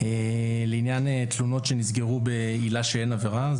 לעניין תלונות שנסגרו בעילה שאין עבירה,